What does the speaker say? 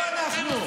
לא אנחנו.